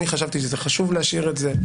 אני חשבתי שחשוב להשאיר את זה.